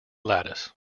lattice